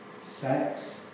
Sex